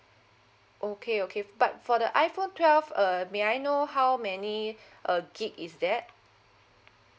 okay okay but for the iphone twelve uh may I know how many uh gig is that